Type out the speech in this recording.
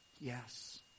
Yes